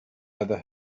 other